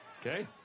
Okay